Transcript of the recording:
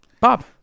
Bob